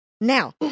Now